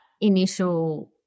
initial